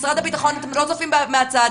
משרד הבטחון אתם לא צופים מהצד.